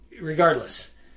regardless